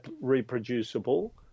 reproducible